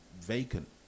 vacant